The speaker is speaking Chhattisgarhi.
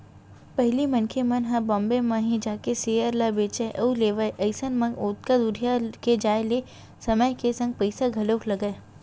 पहिली मनखे मन ह बॉम्बे म ही जाके सेयर ल बेंचय अउ लेवय अइसन म ओतका दूरिहा के जाय ले समय के संग पइसा घलोक लगय